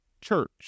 church